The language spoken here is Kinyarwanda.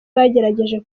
bagerageza